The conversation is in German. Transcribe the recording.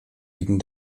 wegen